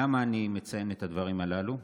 למה אני מציין את הדברים הללו?